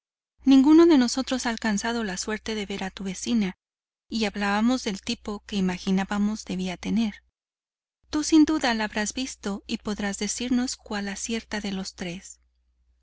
ninguno de nosotros ha alcanzado la suerte de ver a tu vecina y hablábamos del tipo que imaginábamos debía tener tú sin duda la habrás visto y podrás decirnos cuál acierta de los tres